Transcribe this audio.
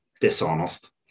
dishonest